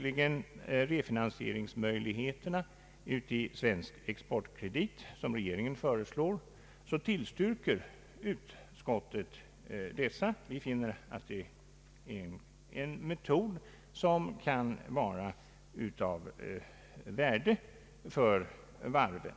Regeringens förslag om refinansieringsmöjligheter genom AB Svensk exportkredit tillstyrks av utskottet. Vi finner att detta är en metod som kan vara av värde för varven.